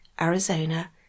Arizona